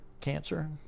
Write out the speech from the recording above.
cancer